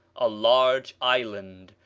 a large island,